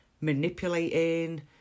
manipulating